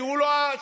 כי הוא לא השוטר,